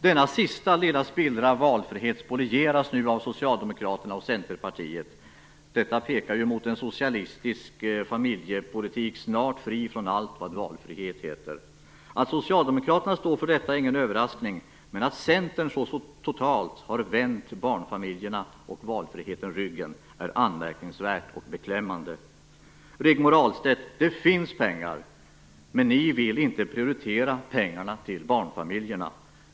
Denna sista lilla spillra av valfrihet spolieras nu av Socialdemokraterna och Centerpartiet. Detta pekar ju mot en socialistisk familjepolitik, snart fri från allt vad valfrihet heter. Att Socialdemokraterna står för detta är ingen överraskning, men att Centern så totalt har vänt barnfamiljerna och valfriheten ryggen är anmärkningsvärt och beklämmande. Rigmor Ahlstedt, det finns pengar! Men ni vill inte prioritera barnfamiljerna.